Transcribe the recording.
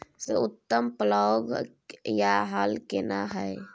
सबसे उत्तम पलौघ या हल केना हय?